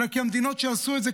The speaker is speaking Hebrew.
אלא כי במדינות שעשו את זה,